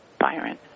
Byron